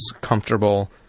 comfortable